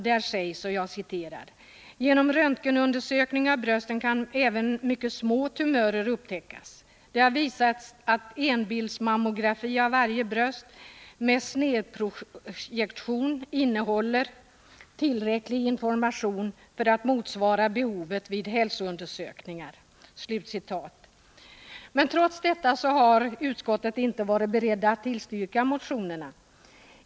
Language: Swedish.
Där sägs: ”Genom röntgenundersökning av brösten kan även mycket små tumörer upptäckas. Det har visats att enbildsmammografi av varje bröst — med snedprojektion — innehåller tillräcklig information för att motsvara behovet vid hälsoundersökningar.” Trots detta har utskottet inte varit berett att tillstyrka motionerna.